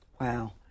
Wow